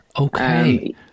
Okay